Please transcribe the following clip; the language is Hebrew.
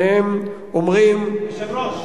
והם אומרים, אדוני היושב-ראש,